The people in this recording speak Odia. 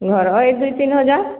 ଘର ଏଇ ଦୁଇ ତିନି ହଜାର